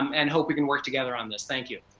um and hope we can work together on this, thank you.